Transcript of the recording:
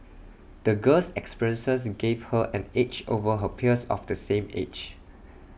the girl's experiences gave her an edge over her peers of the same age